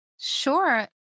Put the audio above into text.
Sure